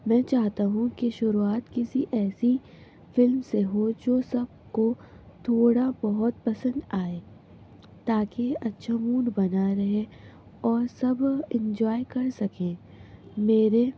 میں چاہتا ہوں کہ شروعات کسی ایسی فلم سے ہو جو سب کو تھوڑا بہت پسند آئے تاکہ اچھا موڈ بنا رہے اور سب انجوائے کر سکیں میرے